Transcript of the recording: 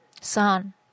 Son